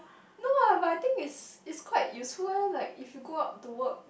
no ah but I think is is quite useful eh like if you go out to work